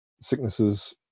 sicknesses